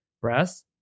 breath